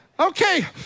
okay